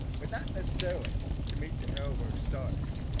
but not necessarily to meet the arrowverse stars.